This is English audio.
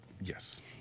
Yes